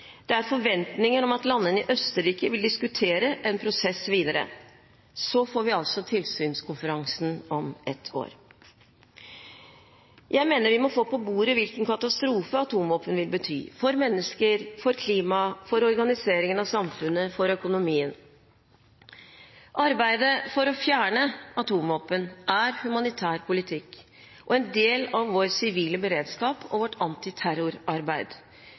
Det er forventninger om at i Østerrike vil landene diskutere prosessen videre. Så får vi tilsynskonferansen om et år. Jeg mener vi må få på bordet hvilken katastrofe atomvåpen vil bety for mennesker for klimaet for organiseringen av samfunnet for økonomien Arbeidet for å fjerne atomvåpen er humanitær politikk og en del av vår sivile beredskap og vårt antiterrorarbeid.